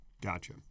Gotcha